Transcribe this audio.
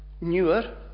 newer